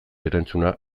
erantzuna